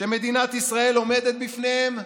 שמדינת ישראל עומדת בפניהם,